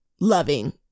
loving